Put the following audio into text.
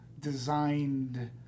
designed